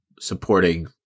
supporting